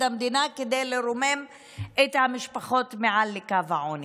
המדינה כדי להרים את המשפחות מעל לקו העוני.